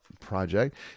project